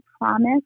promise